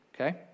Okay